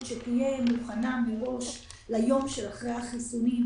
שתהיה מוכנה מראש ליום שאחרי החיסונים,